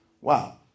Wow